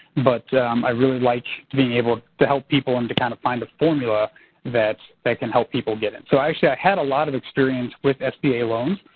but i really like being able to help people and to kind of find a formula that that can help people get it. so actually i had a lot of experience with sba loans.